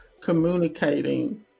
communicating